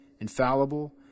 infallible